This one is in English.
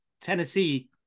Tennessee